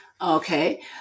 Okay